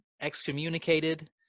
excommunicated